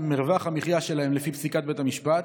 מרווח המחיה שלהם לפי פסיקת בית המשפט.